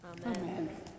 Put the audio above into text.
Amen